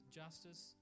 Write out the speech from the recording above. justice